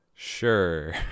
Sure